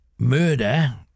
murder